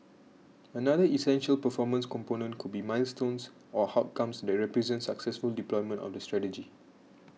another essential performance component could be milestones or outcomes that represent successful deployment of the strategy